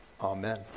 amen